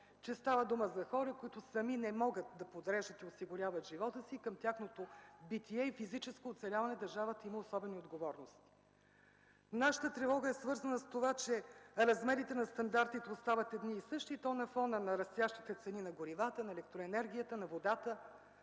че става дума за хора, които сами не могат да подреждат и осигуряват живота си. Към тяхното битие и физическо оцеляване държавата има особени отговорности. Нашата тревога е свързана с това, че размерите на стандартите остават едни и същи, и то на фона на растящите цени на горивата, на електроенергията, на водата,